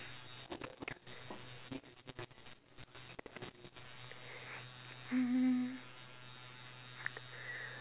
mm